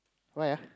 why ah